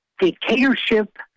dictatorship